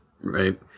Right